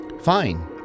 Fine